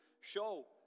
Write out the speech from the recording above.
show